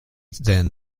then